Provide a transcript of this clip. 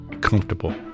comfortable